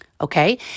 okay